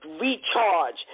recharge